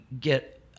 get